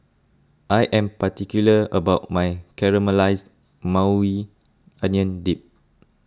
I am particular about my Caramelized Maui Onion Dip